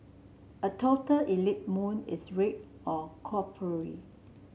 a total eclipse moon is red or coppery